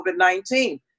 COVID-19